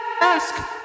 Ask